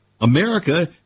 America